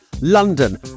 London